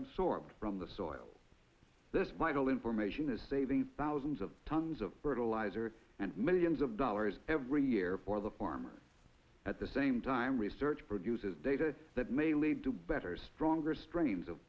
of from the soil this vital information is saving thousands of tons of fertilizer and millions of dollars every year for the farmers at the same time research produces data that may lead to better stronger strains of